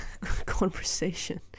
conversation